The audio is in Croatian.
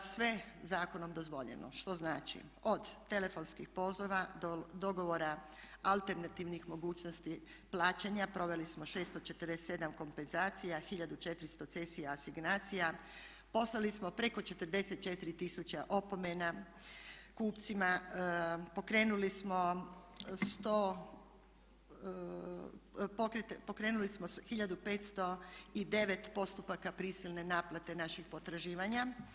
sve zakonom dozvoljeno što znači od telefonskih poziva, dogovora, alternativnih mogućnosti plaćanja, proveli smo 647 kompenzacija, 1400 cesija asignacija, poslali smo preko 44 tisuće opomena kupcima, pokrenuli smo 1509 postupaka prisilne naplate naših potraživanja.